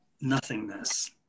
nothingness